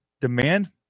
demand